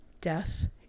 death